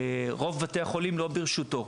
צריך לזכור שרוב בתי החולים לא ברשותו,